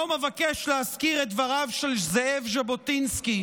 היום אבקש להזכיר את דבריו של זאב ז'בוטינסקי,